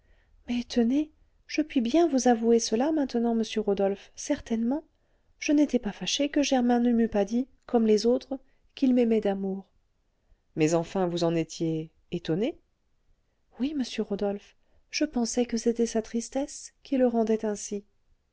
tenez je puis bien vous avouer cela maintenant monsieur rodolphe certainement je n'étais pas fâchée que germain ne m'eût pas dit comme les autres qu'il m'aimait d'amour mais enfin vous en étiez étonnée oui monsieur rodolphe je pensais que c'était sa tristesse qui le rendait ainsi